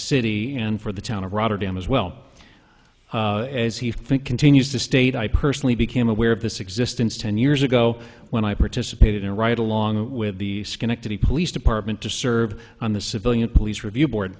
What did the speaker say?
city and for the town of rotterdam as well as he continues to state i personally became aware of this existence ten years ago when i participated in a ride along with the schenectady police department to serve on the civilian police review board